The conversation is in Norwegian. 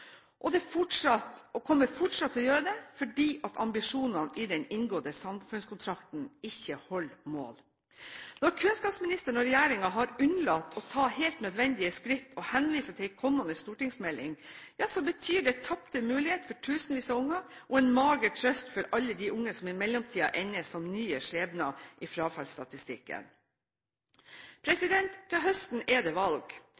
det fortsatt kommer til å gjøre fordi ambisjonene i den inngåtte «samfunnskontrakten» ikke holder mål. Når kunnskapsministeren og regjeringen har unnlatt å ta helt nødvendige skritt og henviser til en kommende stortingsmelding, betyr det tapte muligheter for tusenvis av unge og er en mager trøst for alle de unge som i mellomtiden ender som nye skjebner i frafallsstatistikken. Til høsten er det valg.